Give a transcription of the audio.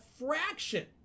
fraction